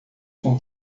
com